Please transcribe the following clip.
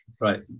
Right